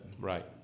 Right